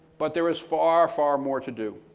but there is far, far more to do.